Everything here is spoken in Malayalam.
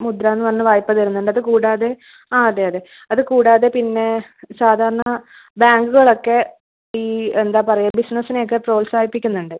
മുദ്ര എന്നു പറഞ്ഞ വായ്പ തരുന്നുണ്ട് അത് കൂടാതെ ആ അതെ അതെ അത് കൂടാതെ പിന്നെ സാധാരണ ബാങ്കുകളൊക്കെ ഈ എന്താ പറയുക ബിസിനസ്സിനെയൊക്കെ പ്രോത്സാഹിപ്പിക്കുന്നുണ്ട്